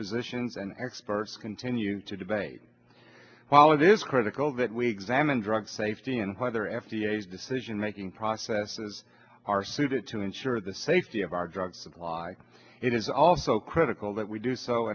physicians and experts continue to debate while it is critical that we examine drug safety and whether f d a decision making processes are suited to ensure the safety of our drug supply it is also critical that we do so